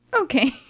Okay